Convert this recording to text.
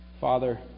Father